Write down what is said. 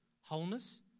Wholeness